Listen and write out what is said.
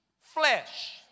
flesh